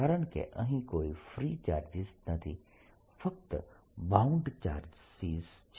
કારણકે અહીં કોઈ ફ્રી ચાર્જીસ નથી ફક્ત બાઉન્ડ ચાર્જીસ છે